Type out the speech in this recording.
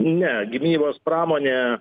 ne gynybos pramonė